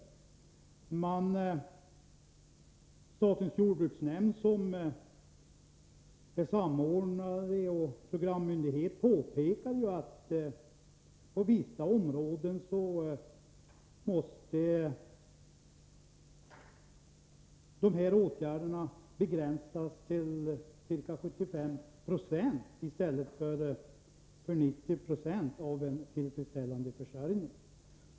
Statens jordbruksnämnd, som är samordnande myndighet och programmyndighet, påpekar att åtgärderna på vissa områden måste begränsas till ca 75 96 i stället för 90 96 av vad som skulle behövas för en tillfredsställande försörjning.